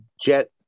jet